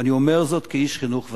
ואני אומר זאת כאיש חינוך ותיק.